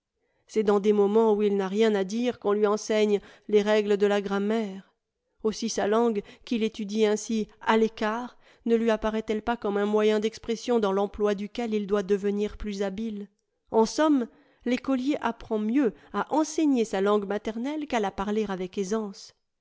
c'est dans des moments où il n'a rien à dire qu'on lui enseigne les règles de la grammaire aussi sa langue qu'il étudie ainsi à l'écart ne lui apparaît elle pas comme un moyen d'expression dans l'emploi duquel il doit devenir plus habile en somme l'écolier apprend mieux à enseigner sa langue maternelle qu'à la parler avec aisance